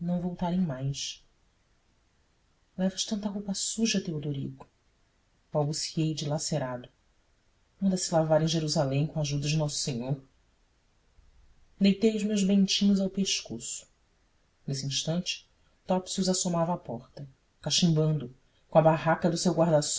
voltarem mais levas tanta roupa suja teodorico balbuciei dilacerado manda se lavar em jerusalém com a ajuda de nosso senhor deitei os meus bentinhos ao pescoço nesse instante topsius assomava à porta cachimbando com a barraca do seu